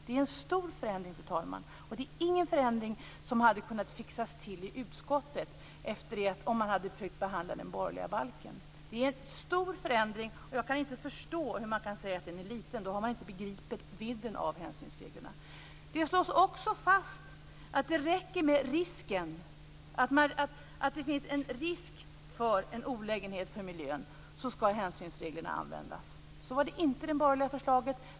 Det är en stor förändring, fru talman, och det är ingen förändring som hade kunnat fixas till i utskottet om man hade fått behandla den borgerliga balken. Det är en stor förändring, och jag kan inte förstå hur man kan säga att den är liten. Då har man inte begripit vidden av hänsynsreglerna. Det slås också fast att det räcker med att det finns en risk för olägenhet för miljön för att hänsynsreglerna skall användas. Så var det inte i det borgerliga förslaget.